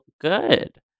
good